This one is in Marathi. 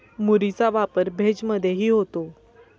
मुरीचा वापर भेज मधेही होतो